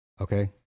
Okay